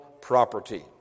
property